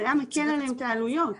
זה היה מקל עליהם את העלויות.